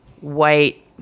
white